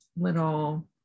little